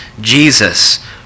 Jesus